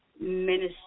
Minister